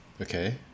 Okay